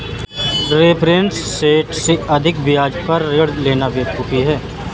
reference rate से अधिक ब्याज पर ऋण लेना बेवकूफी है